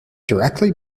directly